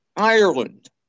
Ireland